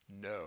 No